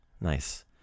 Nice